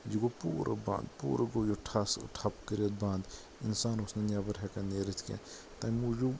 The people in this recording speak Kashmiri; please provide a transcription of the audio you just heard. یہِ گوو پورٕ بند پورٕ گوو یہِ ٹھس ٹھپ کٔرتھ بند انسان اوُس نہٕ نٮ۪بَر ہیکان نِیرتھ کینٛہہ تمہِ موٗجوٗب